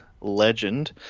legend